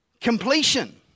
completion